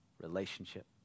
relationship